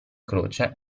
croce